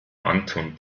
anton